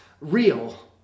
real